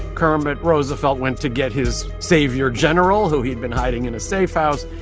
kermit roosevelt went to get his savior general, who he'd been hiding in a safe house,